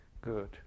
good